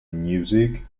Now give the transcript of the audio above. music